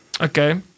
Okay